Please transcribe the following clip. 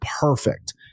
perfect